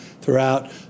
throughout